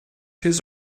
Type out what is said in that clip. his